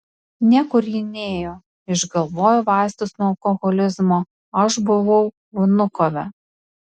niekur ji nėjo išgalvojo vaistus nuo alkoholizmo aš buvau vnukove